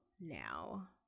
now